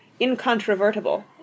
incontrovertible